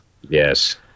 Yes